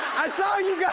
i saw you